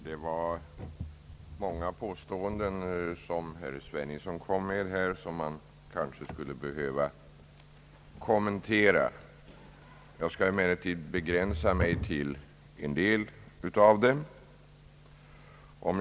Herr talman! Herr Sveningsson kom med många påståenden som kanske skulle behöva kommenteras. Jag skall emellertid begränsa mig till en del av dem.